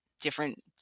different